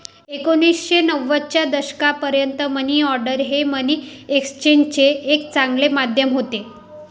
एकोणीसशे नव्वदच्या दशकापर्यंत मनी ऑर्डर हे मनी एक्सचेंजचे एक चांगले माध्यम होते